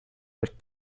but